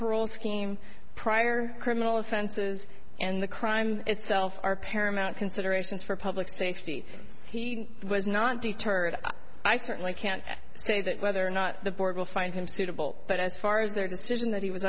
parole scheme prior criminal offenses and the crime itself are paramount considerations for public safety he was not deterred i certainly can't say that whether or not the board will find him suitable but as far as their decision that he was